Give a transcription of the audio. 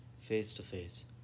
face-to-face